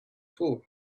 too